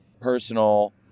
personal